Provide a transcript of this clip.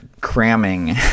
cramming